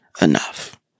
enough